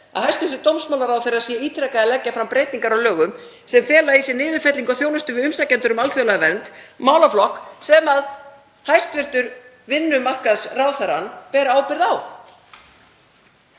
að hæstv. dómsmálaráðherra sé ítrekað að leggja fram breytingar á lögum sem fela í sér niðurfellingu á þjónustu við umsækjendur um alþjóðlega vernd, málaflokk sem hæstv. vinnumarkaðsráðherrann ber ábyrgð á.